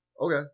Okay